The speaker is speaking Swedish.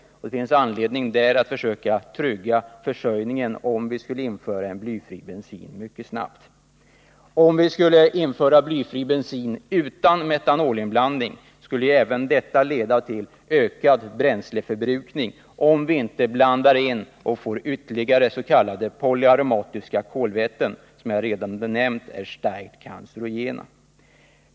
Det finns anledning att här försöka trygga en försörjning, om vi mycket snabbt skulle införa blyfri bensin. Om vi skulle införa blyfri bensin utan metanolinblandning skulle även detta leda till ökad bränsleförbrukning, om vi inte blandar in ytterligare s.k. polyaromatiska kolväten. Dessa är, som jag redan nämnt, starkt cancerogena.